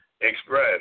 express